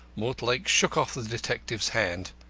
mortlake shook off the detective's hand.